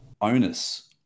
onus